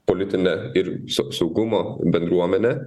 politinė ir saugumo bendruomenė